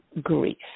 grief